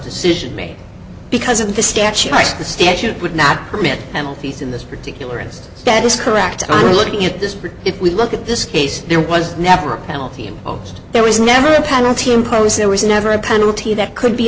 decision made because of the statute the statute would not permit penalties in this particular instance that is correct or looking at this if we look at this case there was never a penalty imposed there was never a penalty imposed there was never a penalty that could be